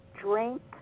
Drink